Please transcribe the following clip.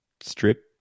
strip